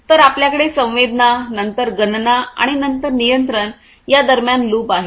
तर आपल्याकडे संवेदना नंतर गणना आणि नंतर नियंत्रण या दरम्यान लूप आहे